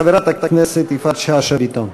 חברת הכנסת יפעת שאשא ביטון.